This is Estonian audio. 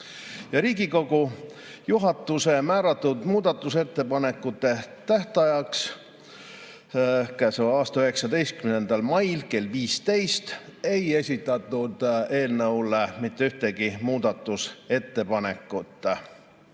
Riigikogu juhatuse määratud muudatusettepanekute tähtajaks käesoleva aasta 19. mail kell 15 ei esitatud eelnõu kohta mitte ühtegi muudatusettepanekut.